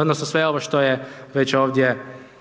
odnosno sve ovo što je već ovdje